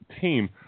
team